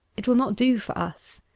it will not do for us.